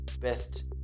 best